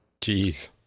Jeez